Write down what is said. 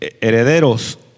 herederos